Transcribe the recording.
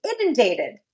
inundated